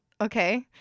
Okay